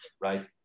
right